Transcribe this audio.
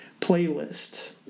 playlist